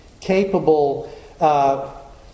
capable